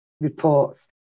reports